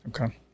okay